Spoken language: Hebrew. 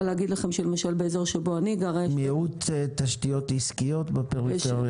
יש מיעוט תשתיות עסקיות בפריפריה.